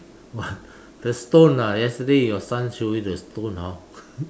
what the stone ah yesterday your son show you the stone hor